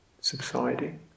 subsiding